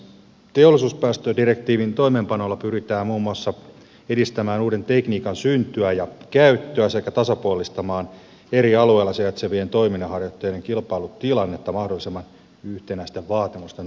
teollisuuspäästödirektiivin toimeenpanolla pyritään muun muassa edistämään uuden tekniikan syntyä ja käyttöä sekä tasapuolistamaan eri alueilla sijaitsevien toiminnanharjoittajien kilpailutilannetta mahdollisimman yhtenäisten vaatimusten avulla